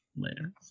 later